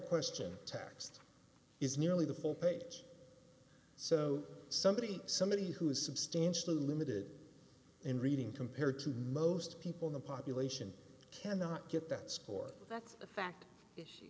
question tax is nearly the full page so somebody somebody who is substantially limited in reading compared to most people in the population cannot get that score that's a fact